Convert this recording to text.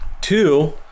Two